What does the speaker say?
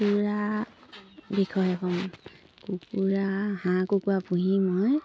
কুকুৰা বিষয়ে ক'ম কুকুৰা হাঁহ কুকুৰা পুহি মই